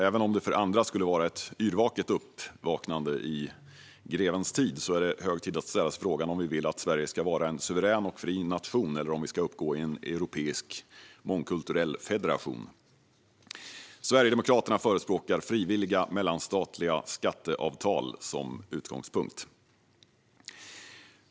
Även om det för andra skulle vara ett yrvaket uppvaknande i grevens tid är det hög tid att ställa sig frågan om vi vill att Sverige ska vara en suverän och fri nation eller om vi ska uppgå i en europeisk mångkulturell federation. Sverigedemokraterna förespråkar frivilliga mellanstatliga skatteavtal som utgångspunkt.